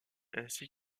ainsi